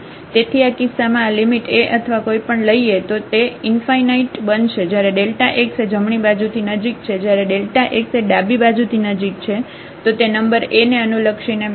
તેથી આ કિસ્સામાં આ લિમિટ A અથવા કોઈ પણ લઈએ તો તે બનશે જયારે x એ જમણી બાજુથી નજીક છે ત્યારે xએ ડાબી બાજુથી નજીક છે તો તે નંબર A ને અનુલક્ષીને બનશે